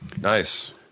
Nice